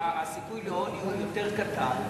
הסיכוי לעוני הוא יותר קטן.